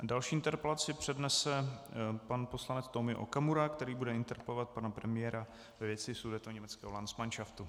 Další interpelaci přednese pan poslanec Tomio Okamura, který bude interpelovat pana premiéra ve věci sudetoněmeckého landsmanšaftu.